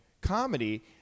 comedy